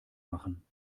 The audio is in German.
machen